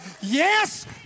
Yes